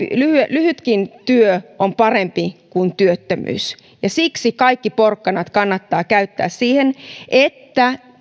lyhytkin työ on parempi kuin työttömyys ja siksi kaikki porkkanat kannattaa käyttää siihen että